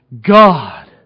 God